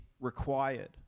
required